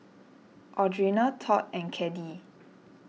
Audrina Todd and Caddie